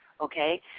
okay